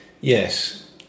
Yes